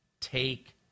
Take